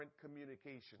communication